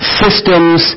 systems